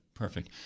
Perfect